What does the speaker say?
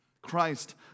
Christ